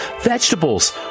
vegetables